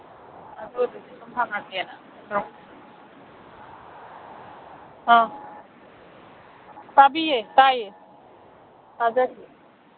ꯑꯥ ꯇꯥꯕꯤꯌꯦ ꯇꯥꯏꯌꯦ ꯇꯥꯖꯔꯤꯌꯦ